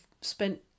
spent